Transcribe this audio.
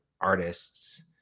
artists